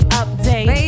update